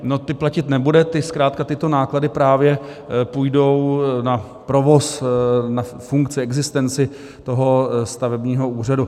Ty platit nebude, zkrátka tyto náklady právě půjdou na provoz, na funkci, existenci toho stavebního úřadu.